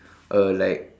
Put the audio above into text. uh like